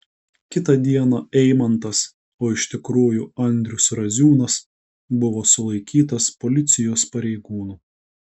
kitą dieną eimantas o iš tikrųjų andrius raziūnas buvo sulaikytas policijos pareigūnų